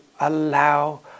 allow